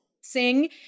sing